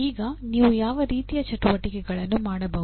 ಈಗ ನೀವು ಯಾವ ರೀತಿಯ ಚಟುವಟಿಕೆಗಳನ್ನು ಮಾಡಬಹುದು